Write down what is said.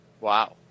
Wow